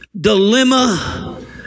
dilemma